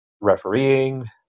refereeing